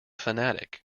fanatic